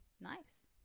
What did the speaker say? Nice